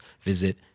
visit